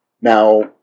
Now